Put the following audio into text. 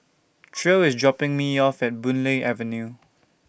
Tre IS dropping Me off At Boon Lay Avenue